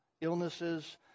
illnesses